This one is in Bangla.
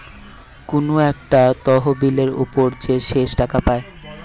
কুনু একটা তহবিলের উপর যে শেষ টাকা পায়